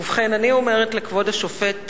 ובכן, אני אומרת לכבוד השופט רובינשטיין: